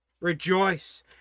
rejoice